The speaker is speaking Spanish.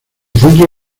centro